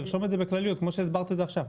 לרשום את זה בכלליות כמו שהסברת את זה עכשיו .